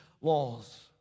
laws